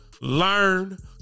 learn